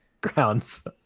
ground's